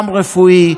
גם רפואית,